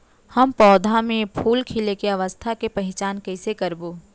हम पौधा मे फूल खिले के अवस्था के पहिचान कईसे करबो